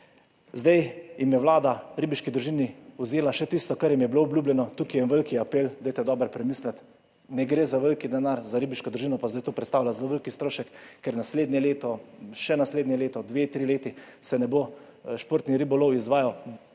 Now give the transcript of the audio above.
Zdaj je Vlada ribiški družini vzela še tisto, kar jim je bilo obljubljeno. Tukaj en velik apel, dajte dobro premisliti, ne gre za velik denar, za ribiško družino pa to predstavlja zelo velik strošek, ker naslednje leto, še naslednje leto, dve, tri leta se športni ribolov ne bo izvajal.